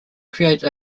create